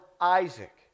Isaac